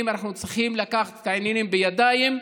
אנחנו צריכים לקחת את העניינים בידיים,